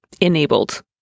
enabled